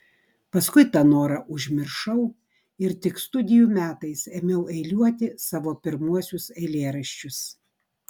paskui tą norą užmiršau ir tik studijų metais ėmiau eiliuoti savo pirmuosius eilėraščius